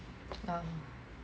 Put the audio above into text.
yeah